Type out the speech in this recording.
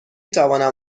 توانم